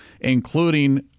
including